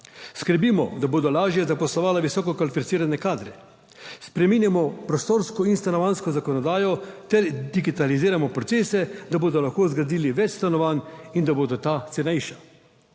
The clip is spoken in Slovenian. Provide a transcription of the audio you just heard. Skrbimo, da bodo lažje zaposlovala visoko kvalificirane kadre. Spreminjamo prostorsko in stanovanjsko zakonodajo ter digitaliziramo procese, da bodo lahko zgradili več stanovanj in da bodo ta cenejša.